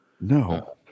No